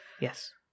yes